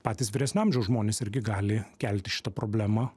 patys vyresnio amžiaus žmonės irgi gali kelti šitą problemą